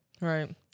Right